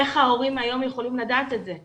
איך ההורים היום יכולים לדעת את זה?